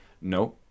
no